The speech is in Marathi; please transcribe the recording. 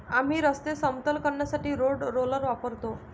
आम्ही रस्ते समतल करण्यासाठी रोड रोलर वापरतो